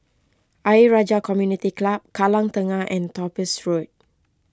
Ayer Rajah Community Club Kallang Tengah and Topaz Road